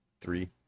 three